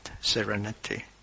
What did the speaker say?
serenity